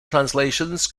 translations